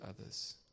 others